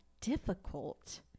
difficult